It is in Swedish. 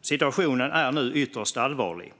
Situationen är nu ytterst allvarlig.